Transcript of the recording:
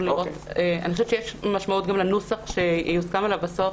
אני חושבת שיש משמעות גם לנוסח שיוסכם עליו בסוף,